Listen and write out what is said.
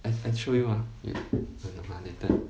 I I show you ah wait ah ah later